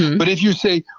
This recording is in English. but if you say,